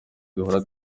duhora